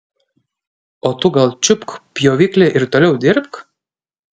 o tu gal čiupk pjoviklį ir toliau dirbk